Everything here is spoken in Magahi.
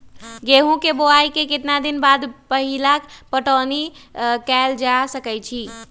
गेंहू के बोआई के केतना दिन बाद पहिला पटौनी कैल जा सकैछि?